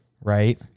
right